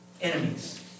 Enemies